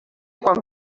quan